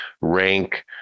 rank